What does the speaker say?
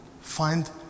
find